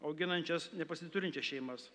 auginančias nepasiturinčias šeimas